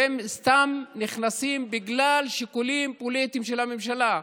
והם סתם נכנסים, בגלל שיקולים פוליטיים של הממשלה.